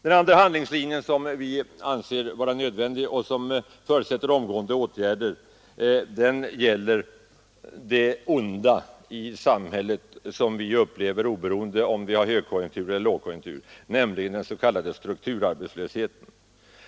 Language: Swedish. Den andra handlingslinje som vi anser nödvändig och som förutsätter omgående åtgärder gäller det onda som vi upplever i samhället oberoende av om vi har högkonjunktur eller lågkonjunktur, nämligen den s.k. strukturarbetslösheten.